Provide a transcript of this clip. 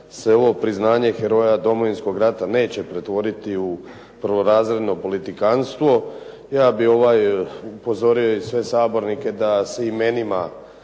se ovo priznanje heroja Domovinskog rata neće pretvoriti u prvorazredno politikanstvo. Ja bih upozorio i sve sabornike da se o imenima,